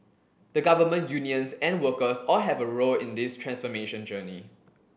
the Government unions and workers all have a role in this transformation journey